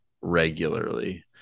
regularly